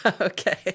Okay